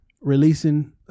releasing